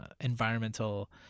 environmental